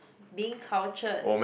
being cultured